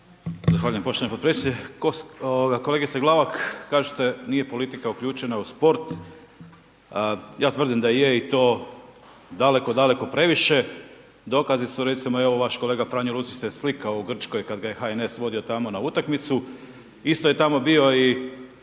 Zahvaljujem poštovani podpredsjedniče, ovoga kolegice Glavak, kažete nije politika uključena u sport, ja tvrdim da je i to daleko, daleko previše, dokazi su evo recimo vaš kolega Franjo Lucić se slikao u Grčkoj kad ga je HNS vodio tamo na utakmicu isto je tamo bio i